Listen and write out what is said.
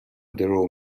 درو